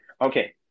Okay